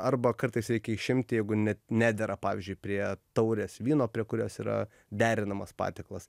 arba kartais reikia išimti jeigu net nedera pavyzdžiui prie taurės vyno prie kurios yra derinamas patiekalas